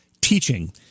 Teaching